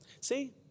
See